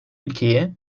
ülkeyi